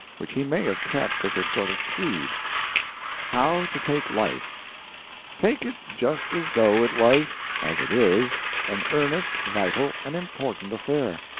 which he may have kept as a sort of creed how to take life take it just as though it was as it is an earnest, vital, and important affair.